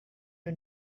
you